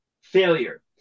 failure